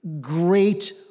great